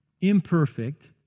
imperfect